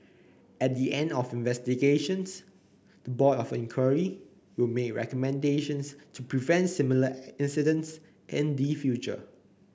at the end of investigations the Board of Inquiry will make recommendations to prevent similar incidents in the future